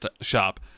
shop